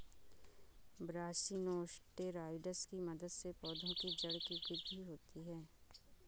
brassinosteroids की मदद से पौधों की जड़ की वृद्धि होती है